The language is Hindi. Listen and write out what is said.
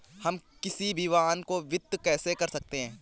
हम किसी भी वाहन को वित्त कैसे कर सकते हैं?